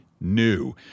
new